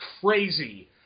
crazy